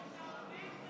אתה אומר ומפחד.